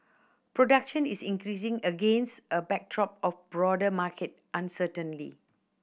production is increasing against a backdrop of broader market uncertainly